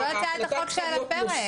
זו הצעת החוק שעל הפרק.